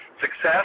success